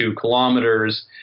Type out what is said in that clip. kilometers